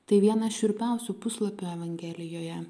tai vienas šiurpiausių puslapių evangelijoje